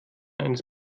eines